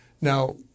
Now